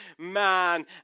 man